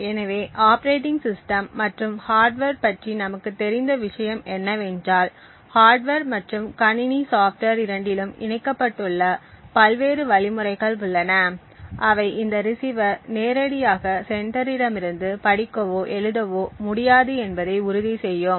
எனவே operating system மற்றும் hardware பற்றி நமக்குத் தெரிந்த விஷயம் என்னவென்றால் ஹார்ட்வர் மற்றும் கணினி சாப்ட்வேர் இரண்டிலும் இணைக்கப்பட்டுள்ள பல்வேறு வழிமுறைகள் உள்ளன அவை இந்த ரிசீவர் நேரடியாக செண்டரிடமிருந்து படிக்கவோ எழுதவோ முடியாது என்பதை உறுதி செய்யும்